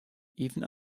even